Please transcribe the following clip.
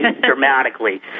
dramatically